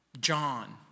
John